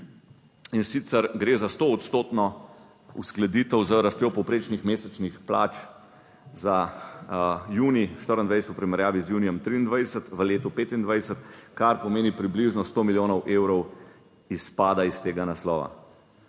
in sicer gre za stoodstotno uskladitev z rastjo povprečnih mesečnih plač za junij 2024 v primerjavi z junijem 2023 v letu 2025, kar pomeni približno sto milijonov evrov izpada iz tega naslova.